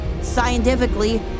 scientifically